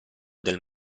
del